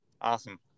Awesome